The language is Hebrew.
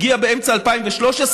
הגיע באמצע 2013,